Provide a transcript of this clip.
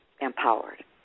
empowered